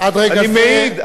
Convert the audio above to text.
אני מעיד,